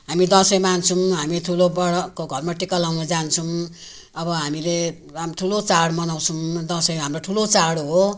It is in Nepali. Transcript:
हामी दसैँ मान्छौँ हामी ठुलोबडाको घरमा टिका लगाउन जान्छौँ अब हामीले राम ठुलो चाड मनाउँछौँ दसैँ हाम्रो ठुलो चाड हो